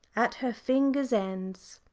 at her fingers' ends.